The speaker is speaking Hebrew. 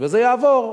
וזה יעבור.